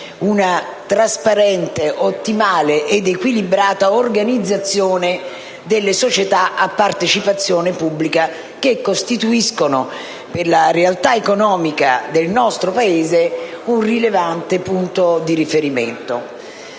una trasparente, ottimale ed equilibrata organizzazione delle società a partecipazione pubblica che costituiscono nella realtà economica del nostro Paese un rilevante punto di riferimento.